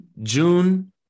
June